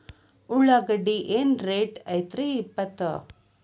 ಉಳ್ಳಾಗಡ್ಡಿ ಏನ್ ರೇಟ್ ಐತ್ರೇ ಇಪ್ಪತ್ತು?